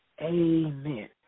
Amen